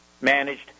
managed